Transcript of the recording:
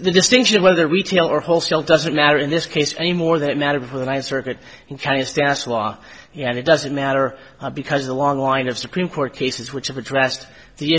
the distinction whether retail or wholesale doesn't matter in this case anymore that matter of the ninth circuit in canada stass law and it doesn't matter because the long line of supreme court cases which have addressed the